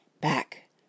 Back